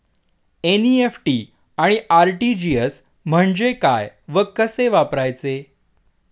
NEFT आणि RTGS म्हणजे काय व कसे वापरायचे?